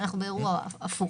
אנחנו באירוע הפוך.